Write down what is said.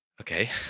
okay